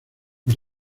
por